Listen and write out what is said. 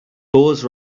fools